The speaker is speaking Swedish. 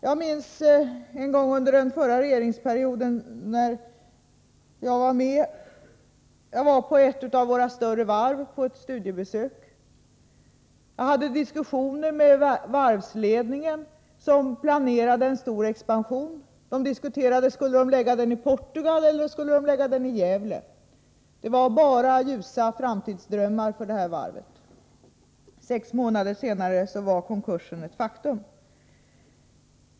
Jag minns en gång under den förra socialdemokratiska regeringsperioden, då jag var med, och jag gjorde ett studiebesök på ett av våra större varv. Jag hade diskussioner med varvsledningen, som planerade en stor expansion. Man diskuterade om man skulle förlägga den i Portugal eller i Gävle. Det var bara ljusa framtidsdrömmar för det här varvet. Sex månader senare var konkursen ett faktum.